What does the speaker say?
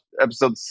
Episode